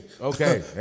Okay